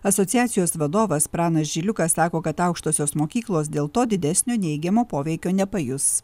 asociacijos vadovas pranas žiliukas sako kad aukštosios mokyklos dėl to didesnio neigiamo poveikio nepajus